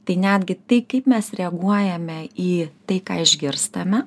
tai netgi tai kaip mes reaguojame į tai ką išgirstame